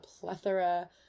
plethora